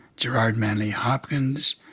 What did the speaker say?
gerard manly hopkins,